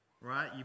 right